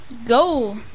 Go